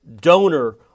donor